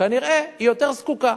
כנראה היא יותר זקוקה.